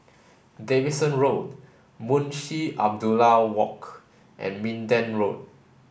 Davidson Road Munshi Abdullah Walk and Minden Road